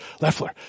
Leffler